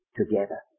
together